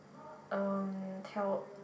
um tell